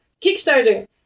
Kickstarter